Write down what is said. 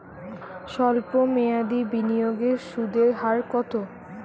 সল্প মেয়াদি বিনিয়োগের সুদের হার কত?